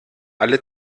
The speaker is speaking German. alle